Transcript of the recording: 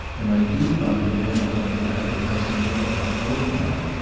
when i do find the man i want to marry, i shall make up my own mind.